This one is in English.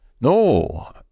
No